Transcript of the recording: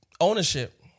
ownership